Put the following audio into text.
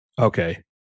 okay